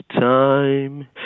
time